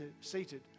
seated